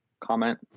comment